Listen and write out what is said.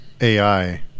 AI